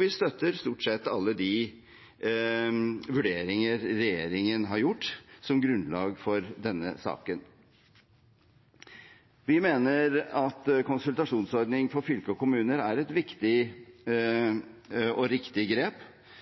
Vi støtter stort sett alle de vurderinger regjeringen har gjort, som grunnlag for denne saken. Vi mener at konsultasjonsordningen for fylker og kommuner er et viktig og riktig grep.